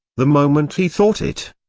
the moment he thought it,